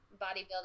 bodybuilding